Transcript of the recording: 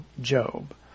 Job